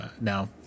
Now